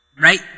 Right